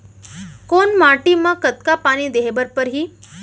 कोन माटी म कतका पानी देहे बर परहि?